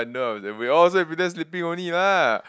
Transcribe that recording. no we all just pretend sleeping only lah